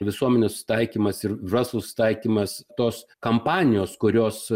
visuomenių susitaikymas ir verslo susitaikymas tos kampanijos kurios